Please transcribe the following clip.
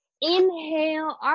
inhale